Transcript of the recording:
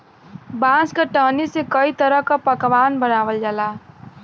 बांस क टहनी से कई तरह क पकवान बनावल जाला